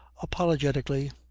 apologetically,